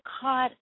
caught